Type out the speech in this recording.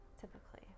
Typically